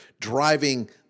driving